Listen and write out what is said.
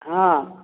ହଁ